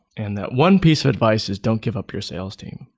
and that one piece of advice is don't give up your sales team.